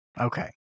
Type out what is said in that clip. Okay